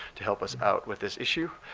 to help us out with this issue.